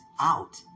out